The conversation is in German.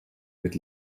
mit